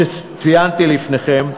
הסיבות שציינתי בפניכם,